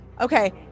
okay